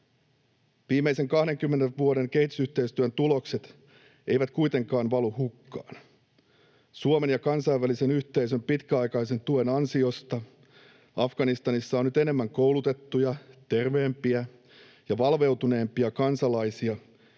Viimeisen 20 vuoden kehitysyhteistyön tulokset eivät kuitenkaan valu hukkaan. Suomen ja kansainvälisen yhteisön pitkäaikaisen tuen ansiosta Afganistanissa on nyt enemmän koulutettuja, terveempiä ja valveutuneempia kansalaisia